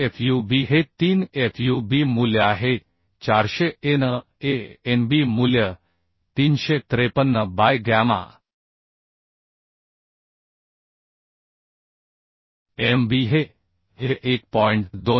9FUB हे 3 FUB मूल्य आहे 400 AnAnB मूल्य 353 बाय गॅमा mB हे 1